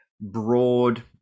broad